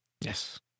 Yes